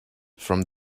from